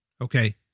Okay